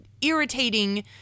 irritating